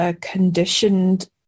conditioned